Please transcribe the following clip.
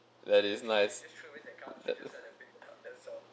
that is nice that